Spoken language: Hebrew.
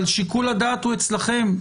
אבל שיקול הדעת הוא אצלכם,